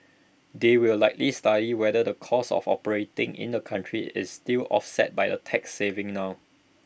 they will likely study whether the cost of operating in that country is still offset by the tax savings now